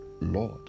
Lord